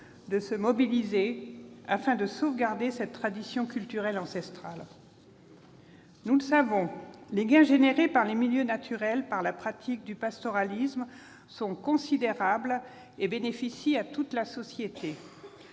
de nous mobiliser afin de sauvegarder cette tradition culturelle ancestrale. Nous le savons, les gains résultant pour les milieux naturels de la pratique du pastoralisme sont considérables et bénéficient à toute la société.